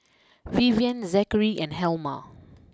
Vivienne Zakary and Helma